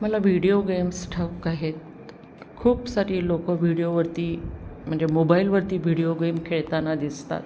मला video games ठाऊक आहेत खूप सारी लोकं व्हिडिओवरती म्हणजे मोबाईलवरती व्हिडिओ गेम खेळताना दिसतात